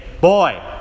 boy